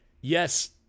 yes